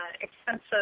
expensive